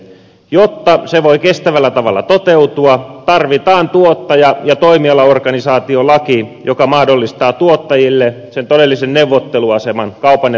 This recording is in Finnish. jotta se voi kestävällä tavalla toteutua tarvitaan tuottaja ja toimialaorganisaatiolaki joka mahdollistaa tuottajille sen todellisen neuvotteluaseman kaupan ja teollisuuden rinnalle